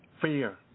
Fear